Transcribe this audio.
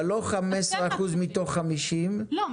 אבל לא 15% מתוך 50%. לא,